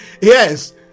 yes